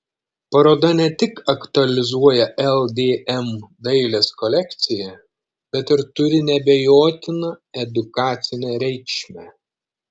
paroda ne tik aktualizuoja ldm dailės kolekciją bet ir turi neabejotiną edukacinę reikšmę